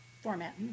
format